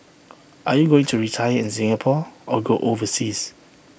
are you going to retire in Singapore or go overseas